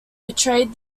betrayed